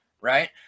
right